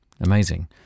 amazing